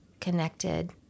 connected